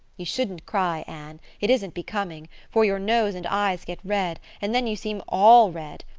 you shouldn't cry, anne it isn't becoming, for your nose and eyes get red, and then you seem all red.